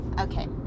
Okay